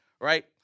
right